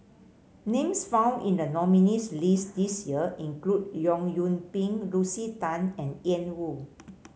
names found in the nominees' list this year include Leong Yoon Pin Lucy Tan and Ian Woo